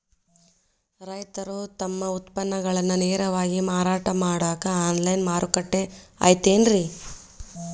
ರೈತರು ತಮ್ಮ ಉತ್ಪನ್ನಗಳನ್ನ ನೇರವಾಗಿ ಮಾರಾಟ ಮಾಡಾಕ ಆನ್ಲೈನ್ ಮಾರುಕಟ್ಟೆ ಐತೇನ್ರಿ?